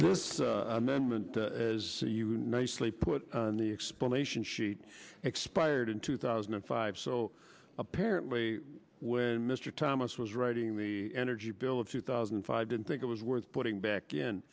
this amendment as nicely put on the explanation sheet expired in two thousand and five so apparently when mr thomas was writing the energy bill of two thousand and five didn't think it was worth putting back in